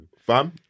fam